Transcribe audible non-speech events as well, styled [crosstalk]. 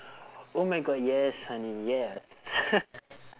oh my god yes honey yes [laughs]